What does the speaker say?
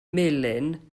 melin